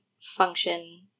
function